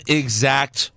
exact